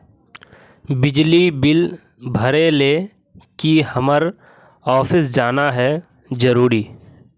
बिजली बिल भरे ले की हम्मर ऑफिस जाना है जरूरी है?